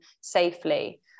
safely